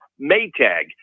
Maytag